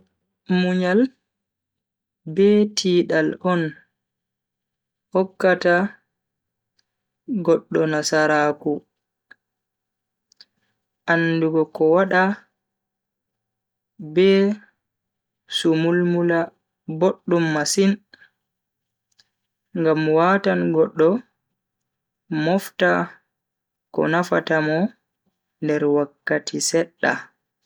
Munyal be tiidal kanjum on hokkata goddo nasaraaku. Andugo ko wada be sumulmula boddum masin ngam watan goddo mofta ko nafata mo nder wakkati sedda.